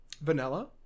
Vanilla